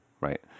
right